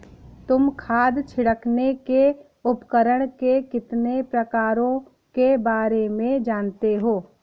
तुम खाद छिड़कने के उपकरण के कितने प्रकारों के बारे में जानते हो?